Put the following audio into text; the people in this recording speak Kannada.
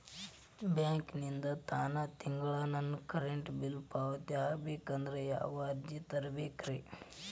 ಬ್ಯಾಂಕಿಂದ ತಾನ ತಿಂಗಳಾ ನನ್ನ ಕರೆಂಟ್ ಬಿಲ್ ಪಾವತಿ ಆಗ್ಬೇಕಂದ್ರ ಯಾವ ಅರ್ಜಿ ತುಂಬೇಕ್ರಿ?